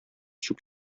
чүп